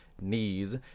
knees